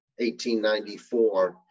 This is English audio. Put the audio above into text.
1894